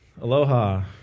aloha